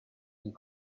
and